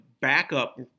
backup